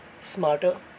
smarter